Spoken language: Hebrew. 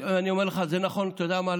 אני אומר לך, אתה יודע מה?